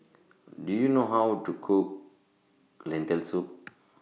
Do YOU know How to Cook Lentil Soup